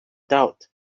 doubt